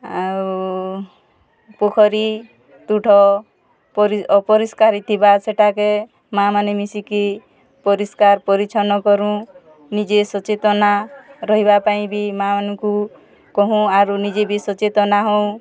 ଆଉ ପୋଖରୀ ତୁଠ ପରି ଅପରିଷ୍କାର୍ ହେଇଥିବା ସେଟା କେ ମାଆମାନେ ମିଶି କି ପରିଷ୍କାର ପରିଚ୍ଛନ୍ନ କରୁଁ ନିଜେ ସଚେତନା ରହିବା ପାଇଁ ବି ମାଆମାନଙ୍କୁ କହୁଁ ଆରୁ ନିଜେ ବି ସଚେତନା ହଉ